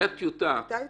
הייתה טיוטה.